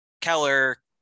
Keller